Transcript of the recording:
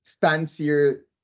Fancier